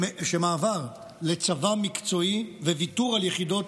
שמעבר לצבא מקצועי וויתור על יחידות